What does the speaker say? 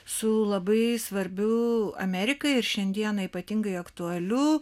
su labai svarbiu amerikai ir šiandieną ypatingai aktualiu